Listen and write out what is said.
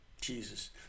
Jesus